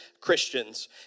Christians